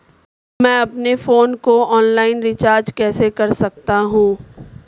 मैं अपने फोन को ऑनलाइन रीचार्ज कैसे कर सकता हूं?